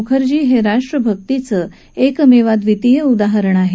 मुखर्जी हे राष्ट्रभक्तीचं एकमेवाद्वितीय उदाहरण आहे